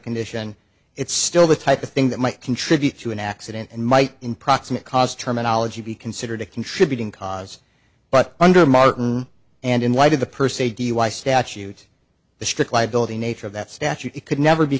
condition it's still the type of thing that might contribute to an accident and might in proximate cause terminology be considered a contributing cause but under martin and in light of the per se dui statute the strict liability nature of that statute could never be